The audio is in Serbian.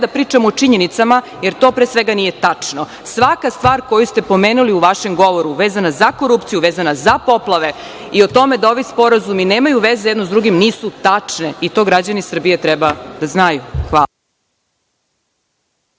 da pričamo o činjenicama, jer to pre svega nije tačno. Svaka stvar koju ste pomenuli u vašem govoru vezana za korupciju, vezana za poplave i o tome da ovi sporazumi nemaju veze jedan sa drugim nije tačna i to građani Srbije treba da znaju. Hvala.